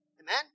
Amen